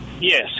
Yes